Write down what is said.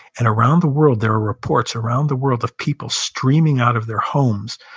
and around the world, there are reports around the world of people streaming out of their homes,